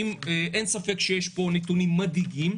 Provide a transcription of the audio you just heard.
אין ספק שיש פה נתונים מדאיגים,